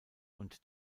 und